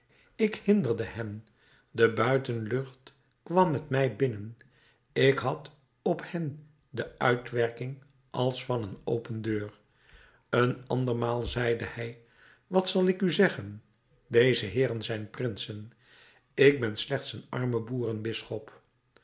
ik hinderde hen de buitenlucht kwam met mij binnen ik had op hen de uitwerking als van een open deur een andermaal zeide hij wat zal ik u zeggen deze heeren zijn prinsen ik ben slechts een arme